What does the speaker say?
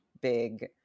big